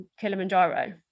kilimanjaro